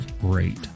great